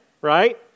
right